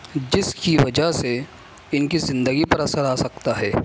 جس کی وجہ سے ان کی زندگی پر اثر آ سکتا ہے